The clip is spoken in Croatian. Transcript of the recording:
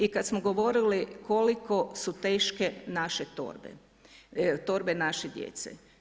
I kada smo govorili koliko su teške naše torbe, torbe naše djece.